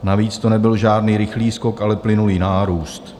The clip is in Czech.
Navíc to nebyl žádný rychlý skok, ale plynulý nárůst.